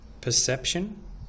perception